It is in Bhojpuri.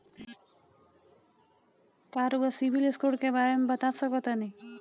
का रउआ सिबिल स्कोर के बारे में बता सकतानी?